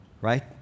right